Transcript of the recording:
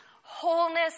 wholeness